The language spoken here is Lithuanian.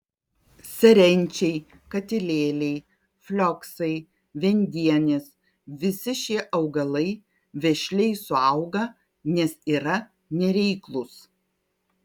serenčiai katilėliai flioksai viendienės visi šie augalai vešliai suauga nes yra nereiklūs